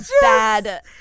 bad